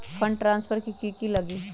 Fund transfer कि की लगी?